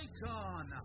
Icon